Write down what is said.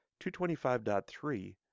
225.3